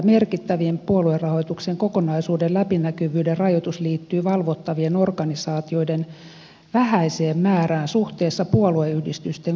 merkittävin puoluerahoituksen kokonaisuuden läpinäkyvyyden rajoitus liittyy valvottavien organisaatioiden vähäiseen määrään suhteessa puolueyhdistysten kokonaismäärään